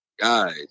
Guys